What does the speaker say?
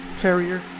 Terrier